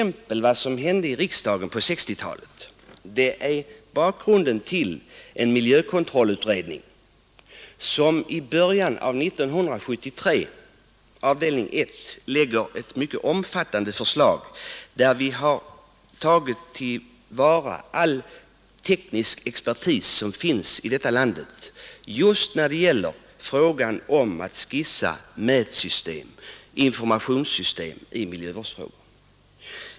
Men vad som hände i riksdagen på 1960-talet utgör bakgrunden till miljökontrollutredningen, som i början av 1973 framlägger ett mycket omfattande förslag. Utredningen har där utnyttjat all teknisk expertis som finns i detta land just när det gäller att skissera mätsystem och informationssystem i miljövårdsfrågor.